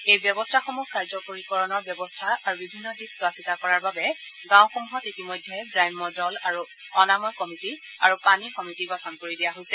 এই ব্যৱস্থাসমূহ কাৰ্যকৰীকৰণৰ ব্যৱস্থা আৰু বিভিন্ন দিশ চোৱাচিতা কৰাৰ বাবে গাঁওসমূহত ইতিমধ্যে গ্ৰাম্য জল আৰু অনাময় কমিটি আৰু পানী সমিতি গঠন কৰি দিয়া হৈছে